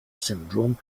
syndrome